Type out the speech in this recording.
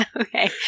Okay